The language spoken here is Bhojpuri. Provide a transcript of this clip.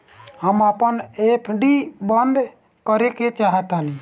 हम अपन एफ.डी बंद करेके चाहातानी